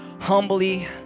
humbly